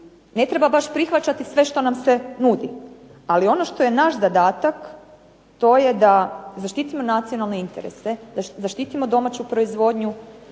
Ne treba baš prihvaćati sve što nam se nudi, ali ono što je naš zadatak to je da zaštitimo nacionalne interese, zaštitimo domaću proizvodnju,